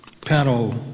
panel